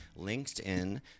LinkedIn